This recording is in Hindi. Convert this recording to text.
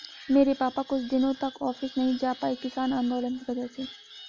मेरे पापा कुछ दिनों तक ऑफिस नहीं जा पाए किसान आंदोलन की वजह से